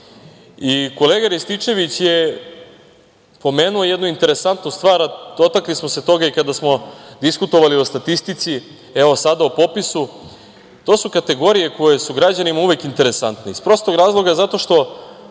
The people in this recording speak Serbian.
vlasti? Kolega Rističević je pomenuo jednu interesantnu stvar, a dotakli smo se toga i kada smo diskutovali o statistici, evo sada i o popisu, to su kategorije koje su građanima uvek interesantne, iz prostog razloga zato što